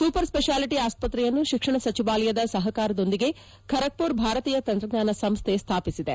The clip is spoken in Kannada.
ಸೂಪರ್ ಸ್ಪಷಾಲಿಟಿ ಆಸ್ಪಕ್ರೆಯನ್ನು ಶಿಕ್ಷಣ ಸಚಿವಾಲಯದ ಸಹಕಾರದೊಂದಿಗೆ ಖರಗ್ಪುರ್ ಭಾರತೀಯ ತಂತ್ರಜ್ಞಾನ ಸಂಸ್ಥೆ ಸ್ಲಾಪಿಸಿದೆ